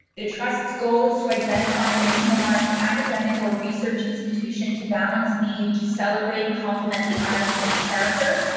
the trust's goal is to identify and mission aligned academic or research institution to balance, need to celebrate and complement the islands character,